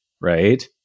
right